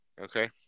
okay